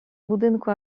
budynku